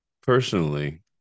Personally